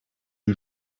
you